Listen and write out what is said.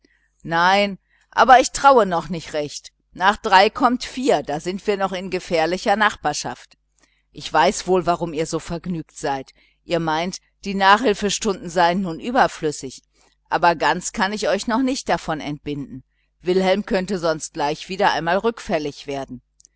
nein aber ich traue noch nicht recht nach drei kommt vier da sind wir noch in gefährlicher nachbarschaft ich weiß wohl warum ihr so vergnügt seid ihr meint die nachhilfstunden seien nun überflüssig aber ganz kann ich euch noch nicht davon entbinden wilhelm könnte sonst gleich wieder rückfällig werden